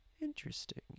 Interesting